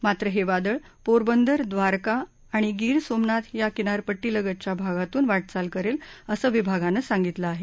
मात्र हे वादळ पोरवंदर ड्वारका आणि गिर सोमनाथ या किनारपट्टीलगतच्या भागातून वाटचाल करेल असं विभागानं सांगितलं आहे